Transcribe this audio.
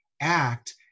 act